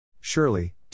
Surely